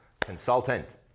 consultant